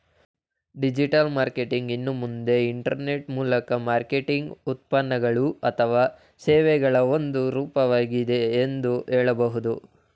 digital marketing ಎನ್ನುವುದು internet ಮೂಲಕ marketing ಉತ್ಪನ್ನಗಳು ಅಥವಾ ಸೇವೆಗಳ ಒಂದು ರೂಪವಾಗಿದೆ ಎಂದು ಹೇಳಬಹುದು